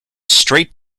straight